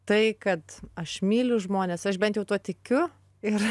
tai kad aš myliu žmones aš bent jau tuo tikiu ir